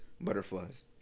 Butterflies